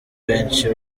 benshi